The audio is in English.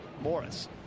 Morris